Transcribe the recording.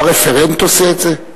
לא הרפרנט עושה את זה?